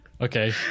Okay